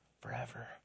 forever